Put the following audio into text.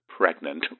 pregnant